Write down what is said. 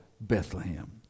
Bethlehem